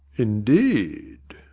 indeed?